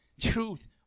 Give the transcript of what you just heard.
truth